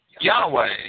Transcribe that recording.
Yahweh